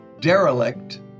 derelict